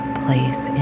place